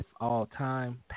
all-time